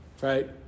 right